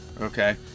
okay